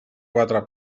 quatre